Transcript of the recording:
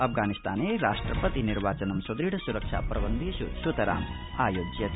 अफगानिस्ताने राष्ट्रपति निर्वाचनं सुदृढ सुरक्षा प्रबन्धेष् सुतरामायोज्यते